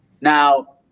Now